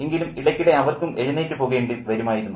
എങ്കിലും ഇടയ്ക്കിടെ അവർക്കും എഴുന്നേറ്റ് പോകേണ്ടി വരുമായിരുന്നു